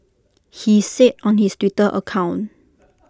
he said on his Twitter account